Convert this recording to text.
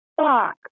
fuck